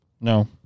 No